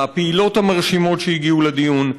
מהפעילות המרשימות שהגיעו לדיון,